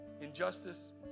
injustice